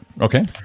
Okay